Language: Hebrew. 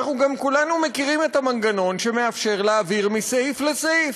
אנחנו כולנו גם מכירים את המנגנון שמאפשר להעביר מסעיף לסעיף.